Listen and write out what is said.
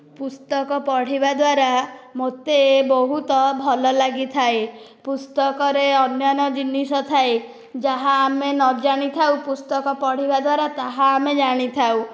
ପୁସ୍ତକ ପଢ଼ିବା ଦ୍ୱାରା ମୋତେ ବହୁତ ଭଲ ଲାଗିଥାଏ ପୁସ୍ତକରେ ଅନ୍ୟାନ ଜିନିଷ ଥାଏ ଯାହା ଆମେ ନ ଜାଣିଥାଉ ପୁସ୍ତକ ପଢ଼ିବା ଦ୍ୱାରା ତାହା ଆମେ ଜାଣିଥାଉ